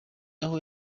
aho